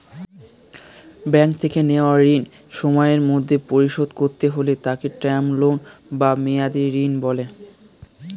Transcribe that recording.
bank থেকে নেওয়া ঋণ সময়ের মধ্যে পরিশোধ করতে হলে তাকে টার্ম লোন বা মেয়াদী ঋণ বলে